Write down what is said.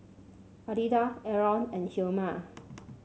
Alida Arron and Hilma